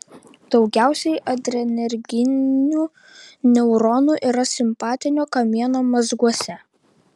daugiausiai adrenerginių neuronų yra simpatinio kamieno mazguose